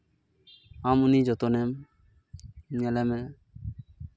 ᱟᱢᱜᱮ ᱩᱱᱤ ᱡᱚᱛᱚᱱᱮᱢ ᱧᱮᱞᱮᱢᱮ